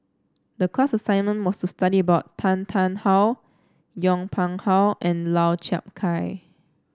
the class assignment was to study about Tan Tarn How Yong Pung How and Lau Chiap Khai